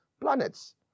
planets